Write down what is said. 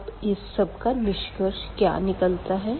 अब इस सब का निष्कर्ष क्या निकलता है